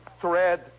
thread